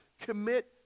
Commit